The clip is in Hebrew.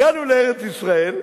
הגענו לארץ-ישראל,